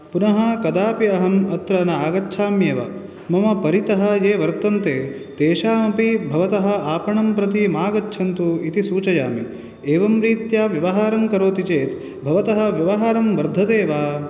पुनः कदापि अहम् अत्र न आगच्छाम्येव मम परितः ये वर्तन्ते तेषामपि भवतः आपणं प्रति मा गच्छन्तु इति सूचयामि एवं रीत्या व्यवहारं करोति चेत् भवतः व्यवहारं वर्धते वा